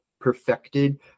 perfected